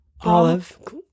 Olive